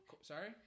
Sorry